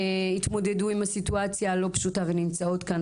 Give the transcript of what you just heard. התמודדו עם הסיטואציה הלא פשוטה ונמצאות כאן,